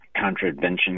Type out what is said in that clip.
contradiction